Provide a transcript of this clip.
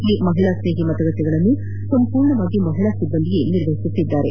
ಈ ಮಹಿಳಾ ಸ್ನೇಹಿ ಮತಗಟ್ಟಿಗಳನ್ನು ಸಂಪೂರ್ಣವಾಗಿ ಮಹಿಳಾ ಸಿಬ್ಲಂದಿಯೇ ನಿರ್ವಹಿಸಲಿದ್ದಾರೆ